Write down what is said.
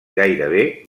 gairebé